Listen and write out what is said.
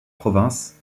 province